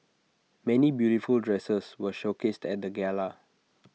many beautiful dresses were showcased at the gala